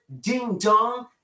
ding-dong